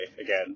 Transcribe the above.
again